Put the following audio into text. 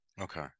okay